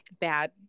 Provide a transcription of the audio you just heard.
bad